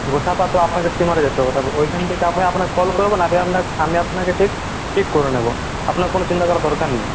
গোসাবা তো আপনাকে স্টিমারে যেতে হবে তারপর ওইখান থেকে আপনি আপনাকে কল করবো না আমি আপনাকে আমি আপনাকে ঠিক পিক করে নেবো আপনার কোনো চিন্তা করার দরকার নেই